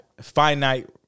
finite